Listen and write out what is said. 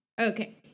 Okay